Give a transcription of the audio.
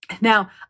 Now